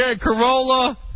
Corolla